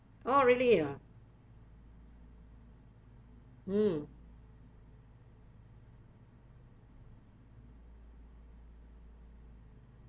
oh really ah mm